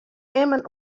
immen